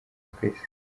twese